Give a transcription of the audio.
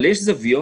אבל יש זוויות